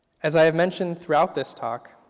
as i have mentioned throughout this talk,